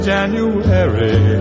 January